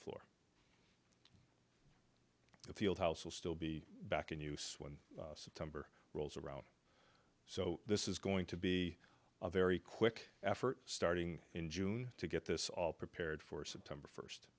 floor the field house will still be back in use when september rolls around so this is going to be a very quick effort starting in june to get this all prepared for september